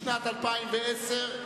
לשנת 2010,